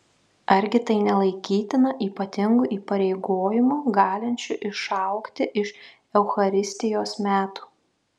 argi tai nelaikytina ypatingu įpareigojimu galinčiu išaugti iš eucharistijos metų